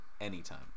anytime